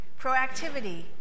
proactivity